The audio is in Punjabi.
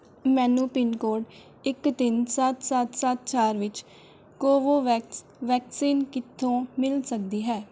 ਮੈਨੂੰ ਪਿੰਨਕੋਡ ਇੱਕ ਤਿੰਨ ਸੱਤ ਸੱਤ ਸੱਤ ਚਾਰ ਵਿੱਚ ਕੋਵੋਵੈਕਸ ਵੈਕਸੀਨ ਕਿੱਥੋਂ ਮਿਲ ਸਕਦੀ ਹੈ